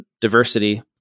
diversity